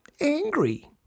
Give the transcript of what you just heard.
angry